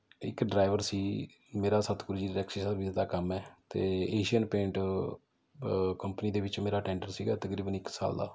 ਇੱਕ ਡਰਾਈਵਰ ਸੀ ਮੇਰਾ ਸਤਿਗੁਰੂ ਜੀ ਟੈਕਸੀ ਸਰਵਿਸ ਦਾ ਕੰਮ ਹੈ ਅਤੇ ਏਸ਼ੀਅਨ ਪੇਂਟ ਕੰਪਨੀ ਦੇ ਵਿੱਚ ਮੇਰਾ ਟੈਂਡਰ ਸੀ ਤਕਰੀਬਨ ਇੱਕ ਸਾਲ ਦਾ